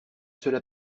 cela